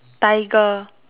tiger